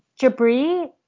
Jabri